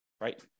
right